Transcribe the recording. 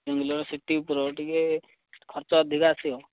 Bangalore city ଉପରେ ଟିକିଏ ଖର୍ଚ୍ଚ ଅଧିକା ଆସିବ